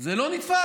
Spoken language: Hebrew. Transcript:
זה לא נתפס.